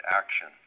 action